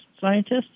scientists